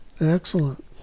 Excellent